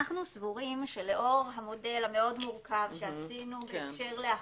אנחנו סבורים שלאור המודל המאוד מורכב שעשינו בהקשר להכנסות,